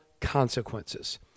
consequences